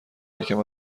یکم